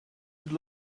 had